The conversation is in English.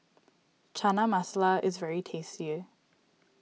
Chana Masala is very tasty